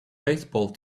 baseball